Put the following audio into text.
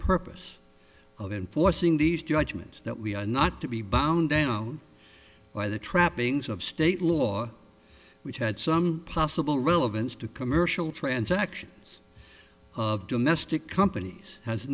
purpose of enforcing these judgments that we are not to be bound down by the trappings of state law which had some possible relevance to commercial transactions of domestic companies has